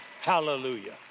Hallelujah